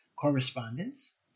correspondence